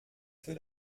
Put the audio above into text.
für